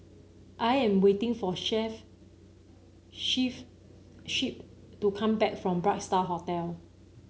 I am waiting for Shep to come back from Bright Star Hotel